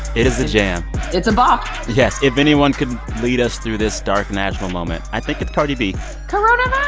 is a jam it's a bop yes, if anyone can lead us through this dark national moment, i think it's cardi b coronavirus